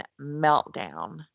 meltdown